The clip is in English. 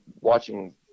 watching